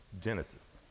Genesis